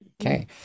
Okay